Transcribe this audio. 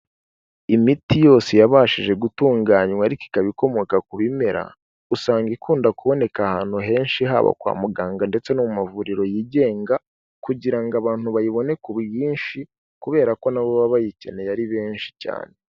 Imiti yose yabashije gutunganywa ariko ikaba ikomoka ku bimera, usanga ikunda kuboneka ahantu henshi haba kwa muganga ndetse no mu mavuriro yigenga kugira ngo abantu bayibone ku bwinshi kubera ko nabo baba bayikeneye ari benshi cyane.